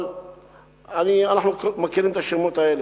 אבל אנחנו מכירים את השמות האלה.